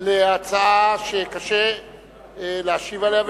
על הצעה שקשה להשיב עליה,